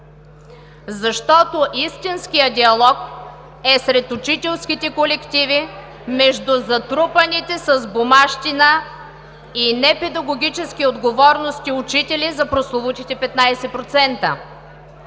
диалог. Истинският диалог е сред учителските колективи, между затрупаните с бумащина и непедагогически отговорности учители за прословутите 15%.